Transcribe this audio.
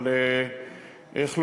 אבל איך לומר,